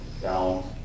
down